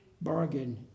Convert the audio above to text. bargain